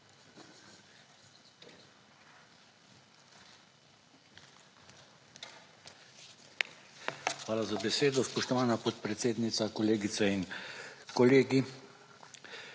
Hvala za besedo, spoštovana podpredsednica, kolegice in kolegi!